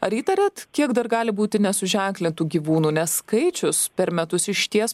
ar įtariat kiek dar gali būti nesuženklintų gyvūnų nes skaičius per metus išties